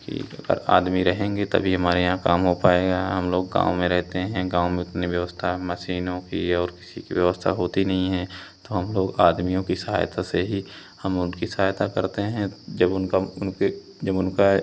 ठीक अगर आदमी रहेंगे तभी हमारे यहाँ काम हो पाएगा हम लोग गाँव में रहते हैं गाँव में उतनी व्यवस्था अब मसीनों की और किसी की व्यवस्था होती नहीं है तो हम लोग आदमियों की सहायता से ही हम उनकी सहायता करते हैं जब उनका उनके जब उनका ये